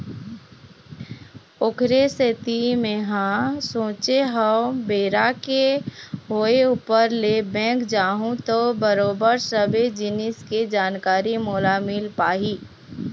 ओखरे सेती मेंहा सोचे हव बेरा के होय ऊपर ले बेंक जाहूँ त बरोबर सबे जिनिस के जानकारी मोला मिल पाही